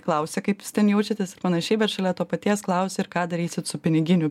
klausia kaip jūs ten jaučiatės ir panašiai bet šalia to paties klausė ir ką darysit su piniginiu